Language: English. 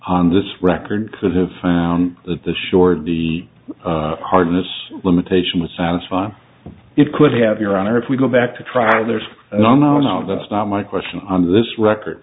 on this record could have found that the shorter the hardness limitation would satisfy it could have your honor if we go back to trial there's no no no that's not my question on this record